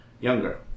Younger